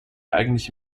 eigentlich